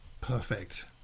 perfect